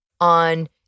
on